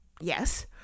yes